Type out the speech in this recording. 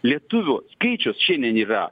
lietuvių skaičius šiandien yra